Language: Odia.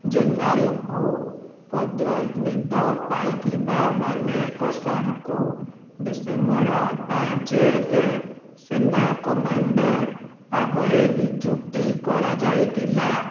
ଜେନେରାଲ୍କୁ ପଦର୍ନିତ ପାଇଥିବା ମାନେ କଶାଙ୍କୁ ଡ଼ିସେମ୍ବର ପାଞ୍ଚରେ ସେନା କମାଣ୍ଡର ଭାବରେ ନିଯୁକ୍ତି କରାଯାଇଥିଲା